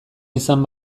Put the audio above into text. izan